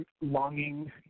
longing